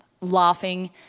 laughing